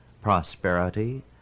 prosperity